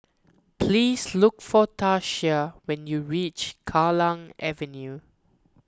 please look for Tatia when you reach Kallang Avenue